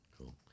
Cool